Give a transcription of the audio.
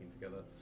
together